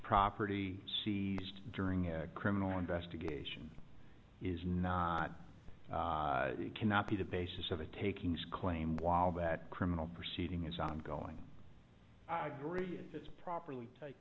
property seized during a criminal investigation is not cannot be the basis of a takings claim while that criminal proceeding is ongoing i agree it's properly take